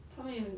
他们也